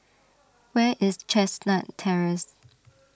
where is Chestnut Terrace